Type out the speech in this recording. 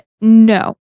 No